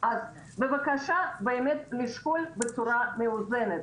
אז בבקשה באמת לשקול בצורה מאוזנת,